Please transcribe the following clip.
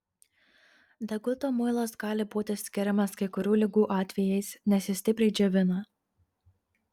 deguto muilas gali būti skiriamas kai kurių ligų atvejais nes jis stipriai džiovina